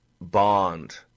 bond